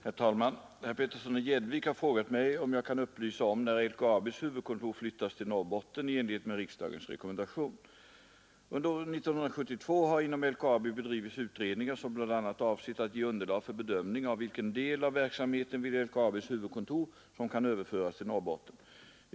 Herr talman! Herr Petersson i Gäddvik har frågat mig om jag kan upplysa om när LKAB:s huvudkontor flyttas till Norrbotten i enlighet med riksdagens rekommendation. Under 1972 har inom LKAB bedrivits utredningar som bl.a. avsett att ge underlag för bedömning av vilken del av verksamheten vid LKAB:s huvudkontor som kan överföras till Norrbotten.